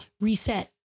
reset